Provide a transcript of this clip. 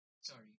Sorry